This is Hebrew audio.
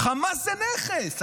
שחמאס זה נכס,